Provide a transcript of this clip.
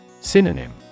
Synonym